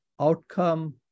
outcome